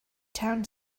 town